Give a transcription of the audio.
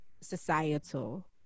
societal